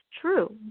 true